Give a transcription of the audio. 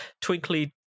twinkly